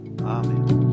Amen